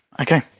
Okay